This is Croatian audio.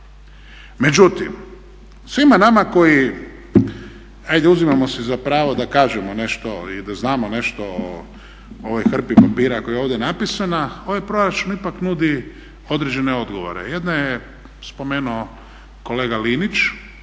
Međutim, svima nama koji ajde uzimamo si za pravo da kažemo nešto i da znamo nešto o ovoj hrpi papira koja je ovdje napisana, ovaj proračun ipak nudi određene odgovore. Jedan je spomenuo kolega Linić,